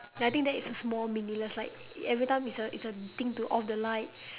ya I think that is a small meaningless like everytime it's a it's a thing to off the light